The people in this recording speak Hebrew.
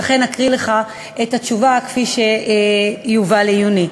ולכן אקריא לך את התשובה כפי שהיא הובאה לעיוני: